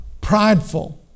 prideful